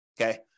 Okay